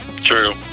True